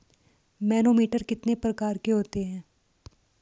Manometer कितने प्रकार के होते हैं?